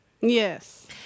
yes